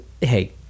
hey